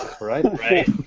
right